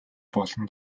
болно